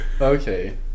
okay